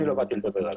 אני לא באתי לדבר עליו.